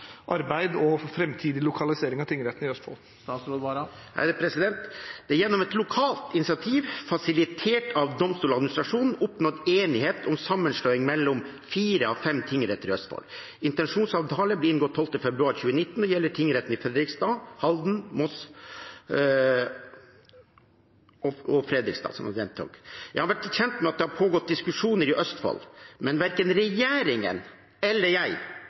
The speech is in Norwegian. fremtidig lokalisering av tingrettene i Østfold?» Det er gjennom et lokalt initiativ, fasilitert av Domstoladministrasjonen, oppnådd enighet om sammenslåing av fire av fem tingretter i Østfold. Intensjonsavtale ble inngått 12. februar 2019 og gjelder tingrettene i Fredrikstad, Halden, Moss og Sarpsborg. Jeg har blitt kjent med at det har pågått diskusjoner i Østfold, men verken regjeringen eller jeg